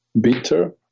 bitter